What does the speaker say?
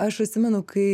aš atsimenu kai